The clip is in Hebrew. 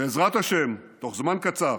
בעזרת השם, בתוך זמן קצר